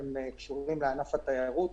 קשורים לענף התיירות.